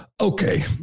Okay